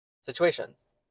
situations